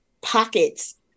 pockets